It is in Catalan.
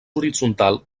horitzontal